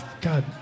God